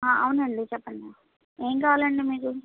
అవునండి చెప్పండి ఏం కావాలండి మీకు